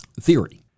theory